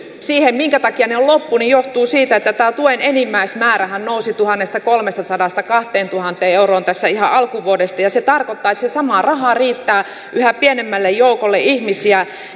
siihen minkä takia ne ovat loppu on se että tämä tuen enimmäismäärähän nousi tuhannestakolmestasadasta kahteentuhanteen euroon tässä ihan alkuvuodesta ja se tarkoittaa että se sama raha riittää yhä pienemmälle joukolle ihmisiä